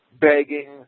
begging